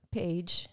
page